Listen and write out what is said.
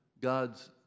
God's